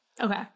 Okay